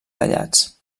tallats